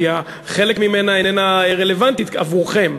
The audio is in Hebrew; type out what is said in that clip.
כי חלק ממנה איננו רלוונטי עבורכם,